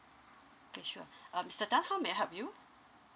K sure uh mister tan how may I help you